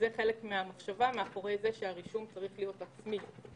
זה חלק מהמחשבה מאחורי זה שהרישום צריך להיות עצמי.